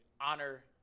honor